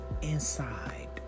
Inside